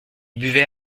buvait